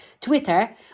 twitter